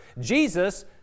Jesus